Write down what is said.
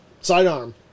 sidearm